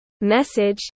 message